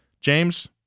James